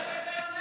ישראל ביתנו